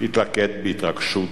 התלכד בהתרגשות.